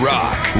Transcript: Rock